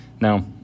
Now